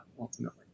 ultimately